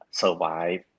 survive